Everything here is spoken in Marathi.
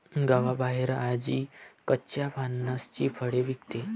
गावाबाहेर आजी कच्च्या फणसाची फळे विकते